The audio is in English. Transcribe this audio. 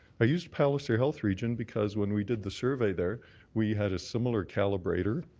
i use palliser health region because when we did the survey there we had a similar calibrator.